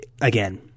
again